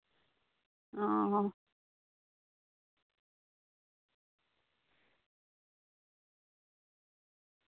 ᱚ